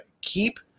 keep